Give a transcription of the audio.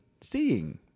seeing